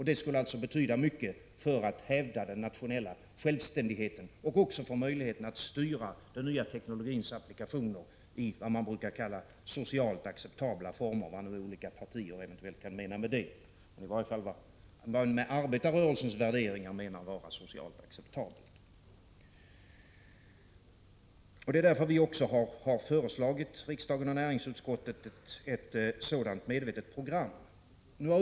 Detta skulle alltså betyda mycket för hävdandet av den nationella självständigheten, liksom också för möjligheten att styra den nya teknologins applikationer i vad man brukar kalla socialt acceptabla former — vad nu olika partier eventuellt kan mena med det, i varje fall vad man enligt arbetarrörelsens värderingar menar är socialt acceptabelt. Därför har vi föreslagit riksdagen och näringsutskottet ett sådant medvetet program.